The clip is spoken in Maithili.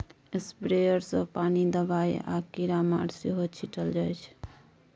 स्प्रेयर सँ पानि, दबाइ आ कीरामार सेहो छीटल जाइ छै